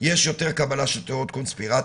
יש יותר קבלה של תיאוריות קונספירציה,